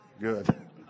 Good